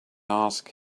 ask